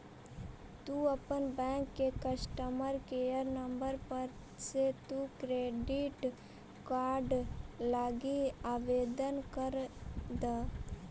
तु अपन बैंक के कस्टमर केयर नंबर पर से तु क्रेडिट कार्ड लागी आवेदन कर द